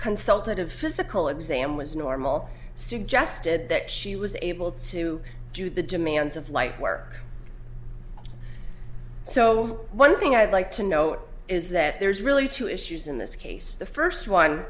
consultative physical exam was normal suggested that she was able to do the demands of life work so one thing i'd like to know is that there's really two issues in this case the first one